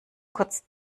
kurz